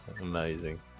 Amazing